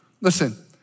Listen